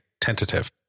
Tentative